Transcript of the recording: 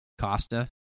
Costa